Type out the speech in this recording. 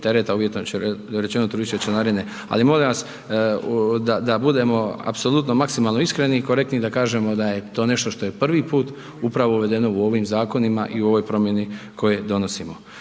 tereta uvjetno rečeno od turističke članarine. Ali, molim vas, da budemo apsolutno maksimalno iskreni i korektni da kažemo da je to nešto što je prvi put upravo uvedeno u ovim zakonima i ovoj promijeni koje donosimo.